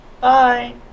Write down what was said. Bye